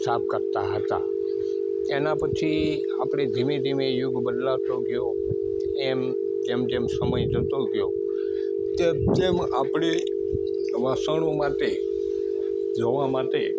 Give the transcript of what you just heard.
સાફ કરતા હતા એના પછી આપણે ધીમે ધીમે યુગ બદલાતો ગયો એમ જેમ જેમ સમય જતો ગયો તેમ તેમ આપણે વાસણો માટે ધોવા માટે